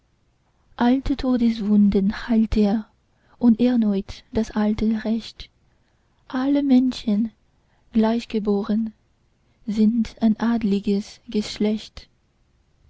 alte todeswunden heilt er und erneut das alte recht alle menschen gleichgeboren sind ein adliges geschlecht